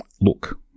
look